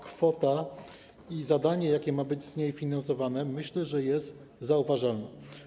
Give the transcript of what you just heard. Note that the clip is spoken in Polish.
Kwota i zadanie, jakie ma być z niej finansowane, myślę, są zauważalne.